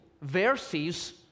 verses